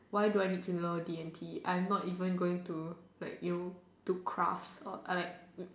why do I need to know D and T I'm not even going to like you know to craft or like